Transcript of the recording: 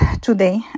today